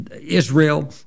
Israel